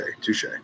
Touche